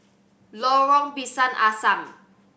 Lorong Pisang Asam